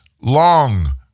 long